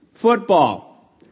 Football